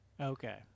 Okay